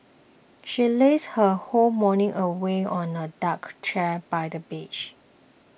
she lazed her whole morning away on a duck chair by the beach